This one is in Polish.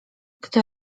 kto